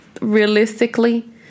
Realistically